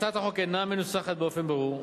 הצעת החוק אינה מנוסחת באופן ברור,